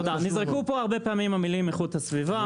נזרקו פה הרבה פעמים המילים איכות הסביבה.